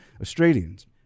Australians